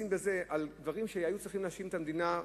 בדברים דברים שהיו צריכים להאשים בהם את המדינה,